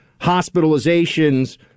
hospitalizations